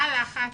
מה הלחץ?